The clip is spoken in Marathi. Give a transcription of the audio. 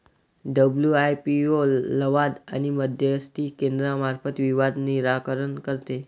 डब्ल्यू.आय.पी.ओ लवाद आणि मध्यस्थी केंद्रामार्फत विवाद निराकरण करते